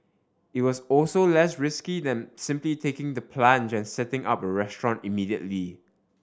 it was also less risky than simply taking the plunge and setting up a restaurant immediately